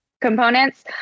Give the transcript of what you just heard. components